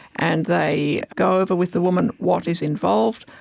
and they go over with the woman what is involved,